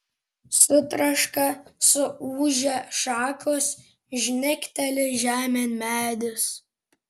sutraška suūžia šakos žnekteli žemėn medis